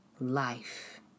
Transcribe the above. life